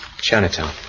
Chinatown